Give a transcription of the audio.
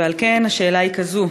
ועל כן השאלה היא כזאת,